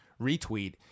retweet